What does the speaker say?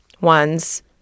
ones